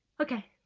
okay!